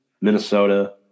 Minnesota